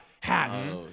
hats